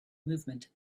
movement